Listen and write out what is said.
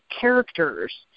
characters